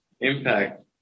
impact